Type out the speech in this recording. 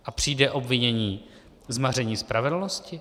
A přijde obvinění z maření spravedlnosti?